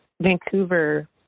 Vancouver